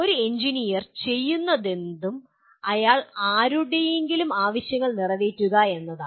ഒരു എഞ്ചിനീയർ ചെയ്യുന്നതെന്തും അയാൾ ആരുടെയെങ്കിലും ആവശ്യങ്ങൾ നിറവേറ്റുക എന്നതാണ്